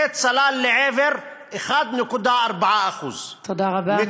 זה צלל לעבר 1.4%. תודה רבה.